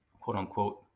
quote-unquote